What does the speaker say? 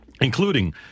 including